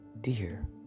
dear